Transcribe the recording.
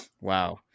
wow